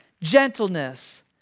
gentleness